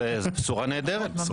זוהי בשורה נהדרת.